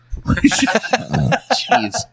Jeez